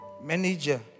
manager